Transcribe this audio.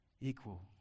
equal